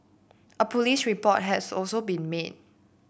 a police report has also been made